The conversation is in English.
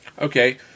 Okay